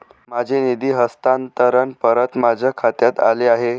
माझे निधी हस्तांतरण परत माझ्या खात्यात आले आहे